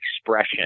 expression